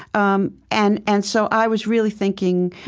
um and and so i was really thinking,